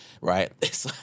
right